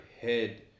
head